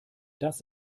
das